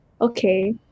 okay